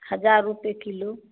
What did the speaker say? हज़ार रुपये किलो